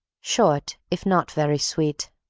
short if not very sweet